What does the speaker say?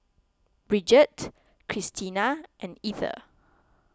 Brigette Cristina and Ether